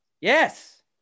Yes